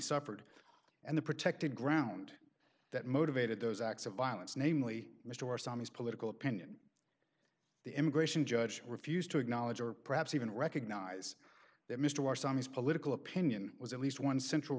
suffered and the protected ground that motivated those acts of violence namely mr sammy's political opinion the immigration judge refused to acknowledge or perhaps even recognize that mr marson his political opinion was at least one central